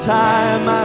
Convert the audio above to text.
time